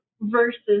Versus